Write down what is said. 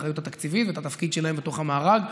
האחריות התקציבית ואת התפקיד שלהם בתוך המארג,